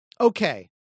Okay